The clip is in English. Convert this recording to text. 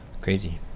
crazy